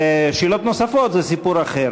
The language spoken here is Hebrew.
שאלות נוספות זה סיפור אחר.